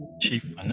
Chief